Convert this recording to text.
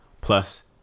plus